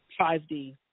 5D